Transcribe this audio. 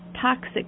toxic